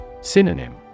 Synonym